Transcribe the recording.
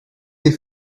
les